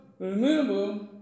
remember